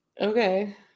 Okay